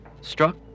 struck